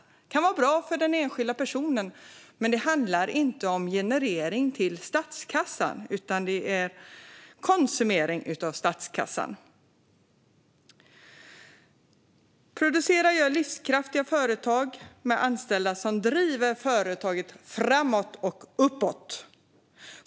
Det kan vara bra för den enskilda personen, men det handlar inte om generering till statskassan utan om konsumering av statskassan. Producerar gör livskraftiga företag med anställda som driver företaget framåt och uppåt.